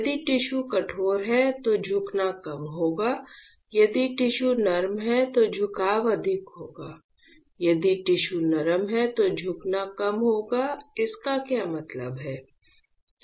यदि टिश्यू कठोर है तो झुकना कम होगा यदि टिश्यू नरम है तो झुकाव अधिक होगा यदि टिश्यू नरम है तो झुकना कम होगा इसका क्या मतलब है